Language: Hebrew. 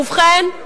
ובכן,